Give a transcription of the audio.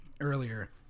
earlier